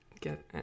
get